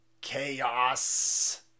chaos